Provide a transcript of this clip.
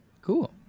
cool